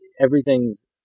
everything's